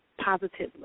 positively